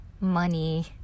money